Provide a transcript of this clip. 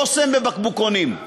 בושם, בבקבוקונים.